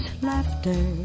laughter